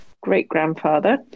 great-grandfather